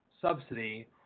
subsidy